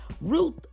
Ruth